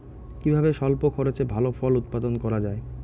কিভাবে স্বল্প খরচে ভালো ফল উৎপাদন করা যায়?